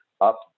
up